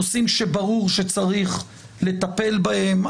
נושאים שברור שצריך לטפל בהם.